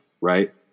right